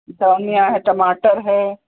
तवन यह है टमाटर है